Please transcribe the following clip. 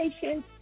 patience